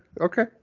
Okay